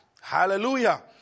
Hallelujah